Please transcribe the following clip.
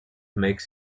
makes